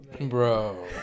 Bro